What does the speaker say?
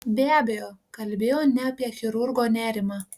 be abejo kalbėjo ne apie chirurgo nerimą